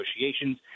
negotiations